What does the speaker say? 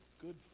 good